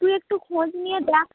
তুই একটু খোঁজ নিয়ে দেখ